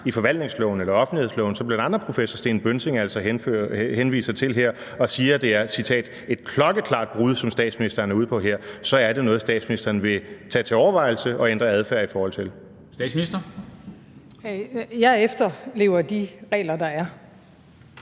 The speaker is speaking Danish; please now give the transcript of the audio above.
til forvaltningsloven eller offentlighedsloven, som bl.a. professor Sten Bønsing henviser til, når han siger, at det er »et klokkeklart misbrug«, altså det, som statsministeren er ude på her, så er det noget, statsministeren vil tage til overvejelse og ændre adfærd i forhold til. Kl. 13:07 Formanden (Henrik